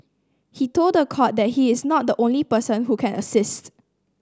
he told the court that he is not the only person who can assist